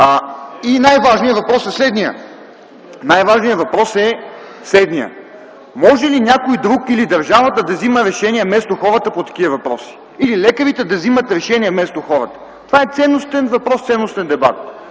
И най-важният въпрос е следният – може ли някой друг или държавата да взима решение вместо хората по такива въпроси. Или лекарите да взимат решение вместо хората. Това е ценностен въпрос, ценностен дебат.